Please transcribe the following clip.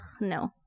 no